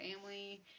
family